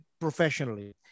professionally